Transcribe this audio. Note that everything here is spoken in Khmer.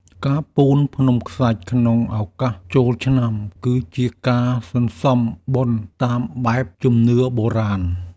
ការពូនភ្នំខ្សាច់ក្នុងឱកាសចូលឆ្នាំ គឺជាការសន្សំបុណ្យតាមបែបជំនឿបុរាណ។